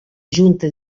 junta